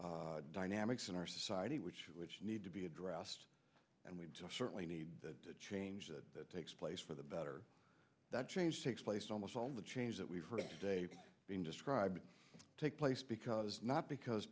are dynamics in our society which which need to be addressed and we just certainly need to change that takes place for the better that change takes place almost all the change that we've heard today being described take place because not because